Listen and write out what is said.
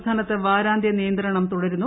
സംസ്ഥാനത്ത് വാര്ട്ന്ത്യു നിയന്ത്രണം തുടരുന്നു